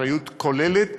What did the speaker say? אחריות כוללת,